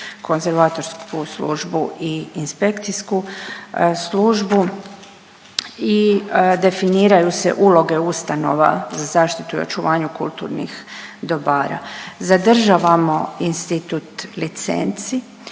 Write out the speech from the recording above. konzervatorsku službu i inspekcijsku službu i definiraju se uloge ustanova za zaštitu i očuvanje kulturnih dobara. Zadržavamo institut licenca,